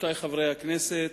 רבותי חברי הכנסת,